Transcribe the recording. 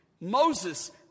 Moses